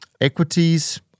Equities